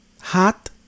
Hot